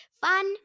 Fun